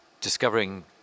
discovering